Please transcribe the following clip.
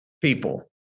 people